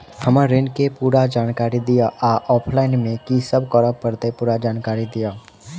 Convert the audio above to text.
हम्मर ऋण केँ पूरा जानकारी दिय आ ऑफलाइन मे की सब करऽ पड़तै पूरा जानकारी दिय?